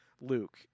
Luke